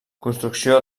construcció